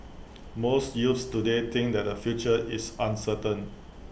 most youths today think that their future is uncertain